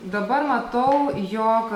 dabar matau jog